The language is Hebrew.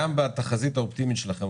גם בתחזית האופטימית שלכם,